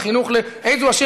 על חינוך ל-איזהו עשיר,